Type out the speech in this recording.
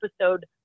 episode